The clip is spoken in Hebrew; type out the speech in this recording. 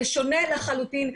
זה שונה לחלוטין.